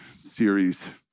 series